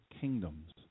kingdoms